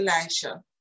Elisha